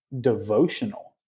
devotional